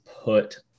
put